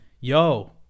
yo